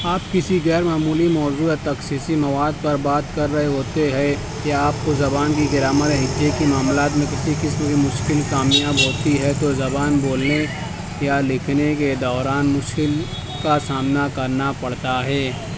آپ کسی غیر معمولی موضوع یا تخصیصی مواد پر بات کر رہے ہوتے ہے یا آپ کو زبان کی گرامر ہجے کی معاملات میں کسی قسم کی مشکل کامیاب ہوتی ہے تو زبان بولنے یا لکھنے کے دوران مشکل کا سامنا کرنا پڑتا ہے